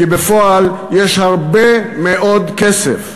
כי בפועל יש הרבה מאוד כסף.